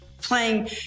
Playing